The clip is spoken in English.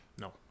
no